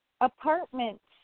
apartments